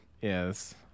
yes